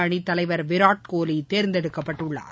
அணித்தலைவர் விராட் கோலி தேர்ந்தெடுக்கப்பட்டுள்ளார்